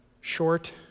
short